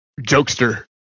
jokester